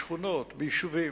בשכונות וביישובים.